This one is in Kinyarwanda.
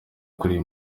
gukorera